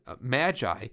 magi